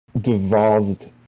devolved